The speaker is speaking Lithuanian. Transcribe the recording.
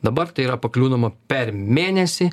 dabar tai yra pakliūnama per mėnesį